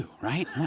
right